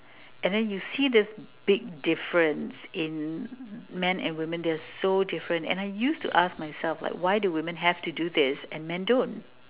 and then you see this big difference in men and women they're so different and I used to ask myself like why do women have to do this and men don't